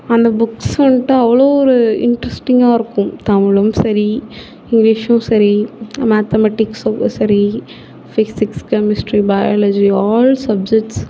அந்த புக்ஸ் வந்துட்டு அவ்வளோ ஒரு இண்ட்ரஸ்டிங்காக இருக்கும் தமிழும் சரி இங்கிலிஷும் சரி மேத்தமேட்டிக்ஸும் சரி physics chemistry biology all subjects